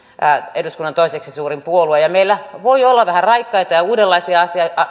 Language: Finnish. eduskunnan toiseksi suurin puolue meillä voi olla vähän raikkaita ja uudenlaisia